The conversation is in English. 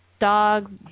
Dog